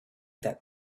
that